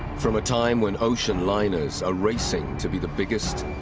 from a time when ocean liners are racing to be the biggest,